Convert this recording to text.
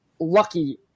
lucky